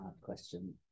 question